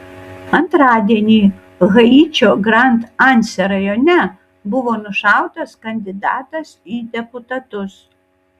antradienį haičio grand anse rajone buvo nušautas kandidatas į deputatus